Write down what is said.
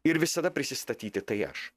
ir visada prisistatyti tai aš